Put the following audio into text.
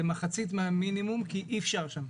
זה מחצית מהמינימום כי אי אפשר שם.